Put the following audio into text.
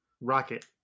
Rocket